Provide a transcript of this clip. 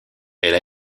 elle